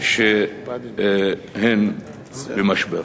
שהן במשבר.